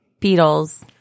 Beatles